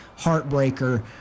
heartbreaker